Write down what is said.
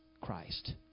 Christ